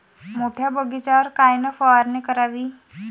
मोठ्या बगीचावर कायन फवारनी करावी?